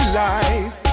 life